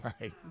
Right